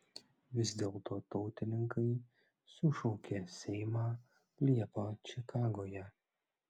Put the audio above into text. vis dėlto tautininkai sušaukė seimą liepą čikagoje